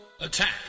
Attack